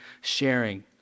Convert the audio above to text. sharing